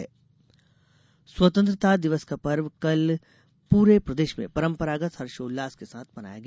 स्वतंत्रता दिवस स्वतंत्रता दिवस का पर्व कल पूरे प्रदेश में परंपरागत हर्षोल्लास के साथ मनाया गया